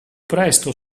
presto